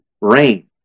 Rain